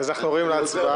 אז אנחנו עוברים להצבעה.